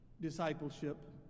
discipleship